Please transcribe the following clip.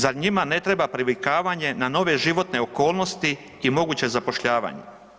Zar njima ne treba privikavanje na nove životne okolnosti i moguće zapošljavanje?